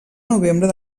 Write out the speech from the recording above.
novembre